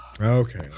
Okay